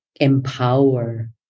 empower